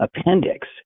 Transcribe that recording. appendix